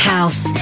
House